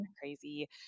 crazy